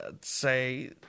say